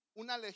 una